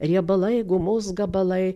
riebalai gumos gabalai